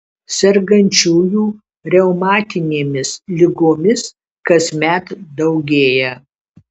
sergančiųjų reumatinėmis ligomis kasmet daugėja